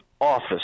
office